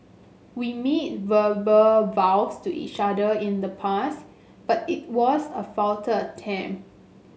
we made verbal vows to each other in the past but it was a futile attempt